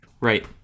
Right